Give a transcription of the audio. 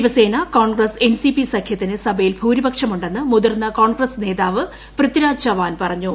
Shiv Sena Congress NCP സഖ്യത്തിന് സഭയിൽ ഭൂരിപക്ഷം ഉണ്ടെന്ന്മുതിർന്ന കോൺഗ്രസ് നേതാവ് പൃഥിരാജ് ചവാൻ പറഞ്ഞു